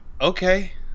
Okay